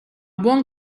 buon